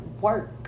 work